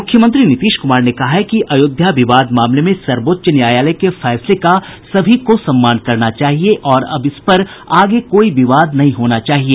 मुख्यमंत्री नीतीश कुमार ने कहा है कि अयोध्या विवाद मामले में सर्वोच्च न्यायालय के फैसले का सभी को सम्मान करना चाहिए और इस पर अब आगे कोई विवाद नहीं होना चाहिए